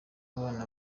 abana